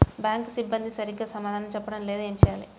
Bank సిబ్బంది సరిగ్గా సమాధానం చెప్పటం లేదు ఏం చెయ్యాలి?